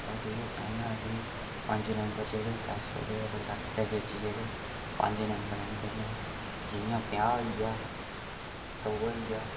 अ'ऊं तुसेंई सनाना कि पन्ज नम्बर जेह्ड़े दस ते होर लक्ख दे बिच्च जेह्ड़े पन्ज नम्बर औदे न जियां पंजाह् होई गेआ सौ होई गेआ